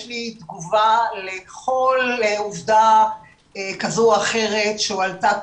יש לי תגובה לכל עובדה כזו או אחרת שהועלתה כאן,